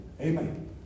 Amen